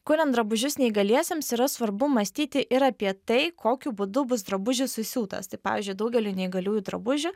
kurian drabužius neįgaliesiems yra svarbu mąstyti ir apie tai kokiu būdu bus drabužis susiūtas tai pavyzdžiui daugeliui neįgaliųjų drabužių